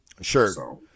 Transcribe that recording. Sure